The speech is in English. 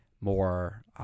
more